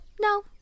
No